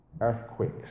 earthquakes